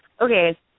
Okay